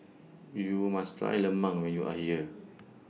YOU must Try Lemang when YOU Are here